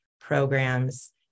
programs